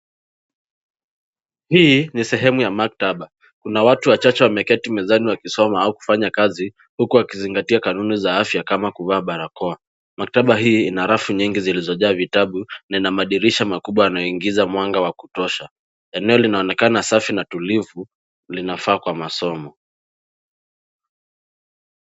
Hii ni sehemu ya maktaba kuna watu wachache wameketi mezani wakisoma au kufanya kazi huku wakizingatia kanuni za afya kama kuvaa barakoa. Maktaba hii ina rafu nyingi zilizojaa vitabu na ina madirisha makubwa yanayoingiza mwanga wa kutosha. Eneo linaonekana safi na tulivu linafaa kwa masomo.